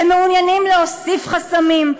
שמעוניינים להוסיף חסמים,